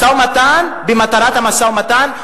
משא-ומתן במטרת המשא-ומתן,